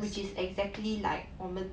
which is exactly like 我们